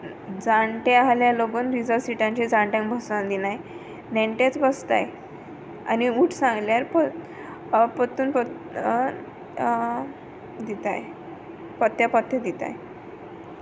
जाण्टे आहल्यार लोगून रिजर्व सिटांचेर जाणट्यांक बसोंक दिनाय नेण्टेंच बोसताय आनी उठ सांगल्यार पोत्तुन पोत्तुन दिताय पोत्याक पोरते दिताय